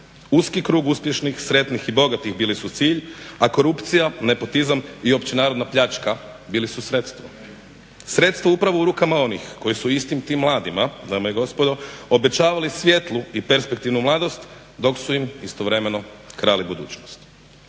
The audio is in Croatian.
uski krug uspješnih, sretnih i bogatih bili su cilj, a korupcija, nepotizam i opće narodna pljačka bili su sredstvo. Sredstvo upravo u rukama onih koji su istim tim mladima, dame i gospodo, obećavali svjetlu i perspektivnu mladost dok su im istovremeno krali budućnost.